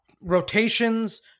rotations